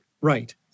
Right